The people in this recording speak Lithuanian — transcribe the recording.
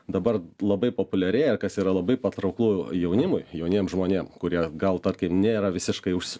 dabar labai populiarėja kas yra labai patrauklu jaunimui jauniem žmonėm kurie gal tarkim nėra visiškai užsi